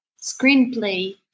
screenplay